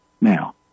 now